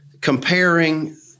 comparing